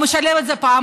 הוא משלם על זה פעמיים,